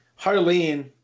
Harleen